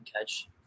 catch